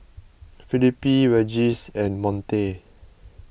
Felipe Regis and Monte